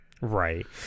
Right